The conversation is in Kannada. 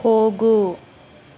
ಹೋಗು